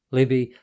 Libby